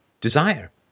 desire